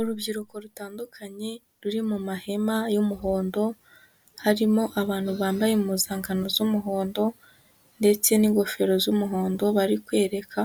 Urubyiruko rutandukanye ruri mu mahema y'umuhondo, harimo abantu bambaye impuzangano z'umuhondo ndetse n'ingofero z'umuhondo, bari kwereka